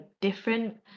different